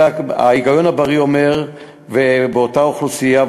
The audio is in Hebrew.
אלא ההיגיון הבריא אומר כי אותה אוכלוסייה,